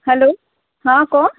hello હા કોણ